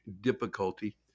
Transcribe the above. difficulty